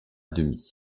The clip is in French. demi